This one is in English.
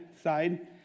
side